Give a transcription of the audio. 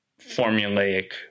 formulaic